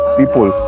people